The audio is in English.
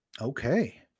Okay